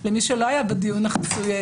למי שלא היה בדיון החסוי,